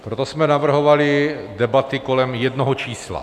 Proto jsme navrhovali debaty kolem jednoho čísla.